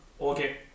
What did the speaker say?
Okay